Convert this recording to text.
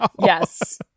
yes